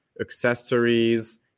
accessories